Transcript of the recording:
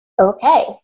okay